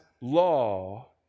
law